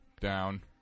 Down